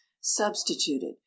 substituted